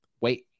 wait